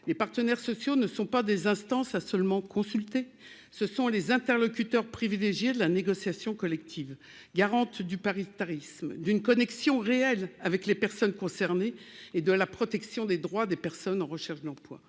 Les partenaires sociaux ne sont pas des instances à seulement consulter ce sont les interlocuteurs privilégiés de la négociation collective, garante du paritarisme, d'une connexion réel avec les personnes concernées et de la protection des droits des personnes en recherche d'emploi,